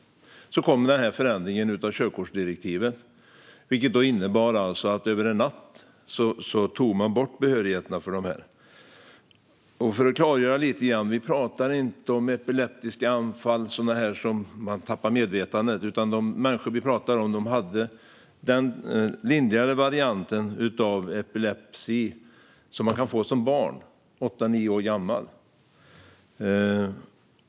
Så kom förändringen av körkortsdirektivet, vilket innebar att man över en natt tog bort behörigheterna för dessa människor. Jag ska klargöra detta lite grann. Vi pratar inte om epileptiska anfall där man förlorar medvetandet. De människor vi pratar om har den lindrigare varianten av epilepsi, som man kan få som barn, när man är åtta nio år gammal.